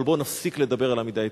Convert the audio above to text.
אבל בואו נפסיק לדבר על עמידה איתנה.